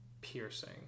piercing